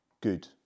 good